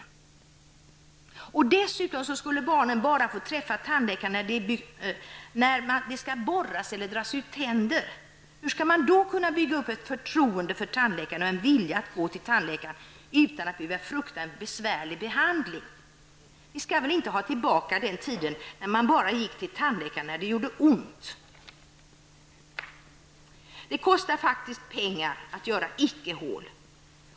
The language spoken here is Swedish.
Dessutom skulle det bli så ,att barnen bara får träffa tandläkaren när det skall borras eller när tänder skall dras ut. Hur skall man då kunna bygga upp ett förtroende för tandläkaren och en vilja hos barnet att gå till tandläkaren utan fruktan för en besvärlig behandling? Vi skall väl inte ha det som tidigare, dvs. att man bara går till tandläkaren när det gör ont. Sedan får vi inte glömma bort att det också kostar pengar att göra ''icke-hål''.